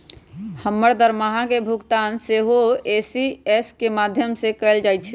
हमर दरमाहा के भुगतान सेहो इ.सी.एस के माध्यमें से कएल जाइ छइ